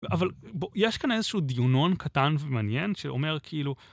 אבל יש כאן איזשהו דיונון קטן ומעניין שאומר כאילו...